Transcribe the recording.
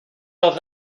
los